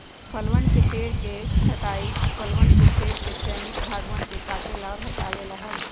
फलवन के पेड़ के छंटाई फलवन के पेड़ के चयनित भागवन के काटे ला और हटावे ला हई